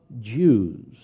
Jews